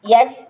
Yes